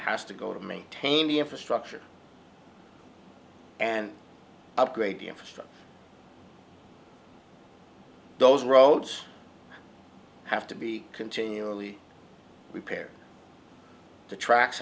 has to go to maintain the infrastructure and upgrade the infrastructure those roads have to be continually repaired the tracks